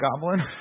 goblin